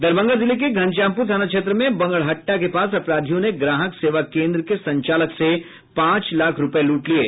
दरभंगा जिले के घनश्यामपुर थाना क्षेत्र में बंगरहट्टा के पास अपराधियों ने ग्राहक सेवा केन्द्र के संचालक से पांच लाख रुपये लूट लिये